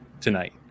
tonight